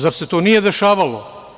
Zar se to nije dešavalo?